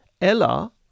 Ella